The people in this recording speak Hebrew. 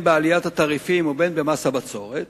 בין בעליית התעריפים ובין במס הבצורת,